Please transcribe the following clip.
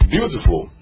Beautiful